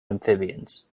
amphibians